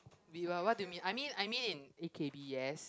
wait what what do you mean I mean I mean A_K_B yes